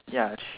ya